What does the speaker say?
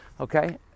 Okay